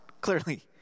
Clearly